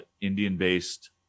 Indian-based